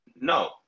No